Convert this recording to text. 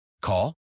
Call